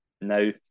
now